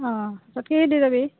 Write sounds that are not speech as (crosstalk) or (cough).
অঁ (unintelligible) কেতিয়া যাবি